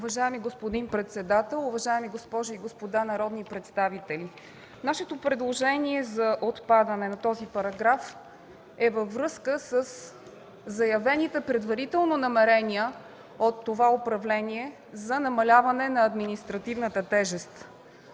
Уважаеми господин председател, уважаеми госпожи и господа народни представители! Нашето предложение за отпадане на този параграф е във връзка със заявените предварително намерения от това управление за намаляване на административната тежест.